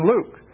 Luke